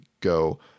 go